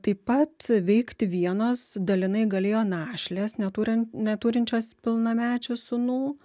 taip pat veikti vienos dalinai galėjo našlės neturin neturinčios pilnamečių sūnų